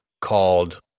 called